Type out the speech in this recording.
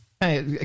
Hey